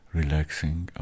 relaxing